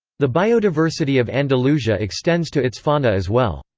the biodiversity of andalusia extends to its fauna as well.